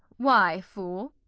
why, fool?